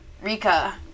Rika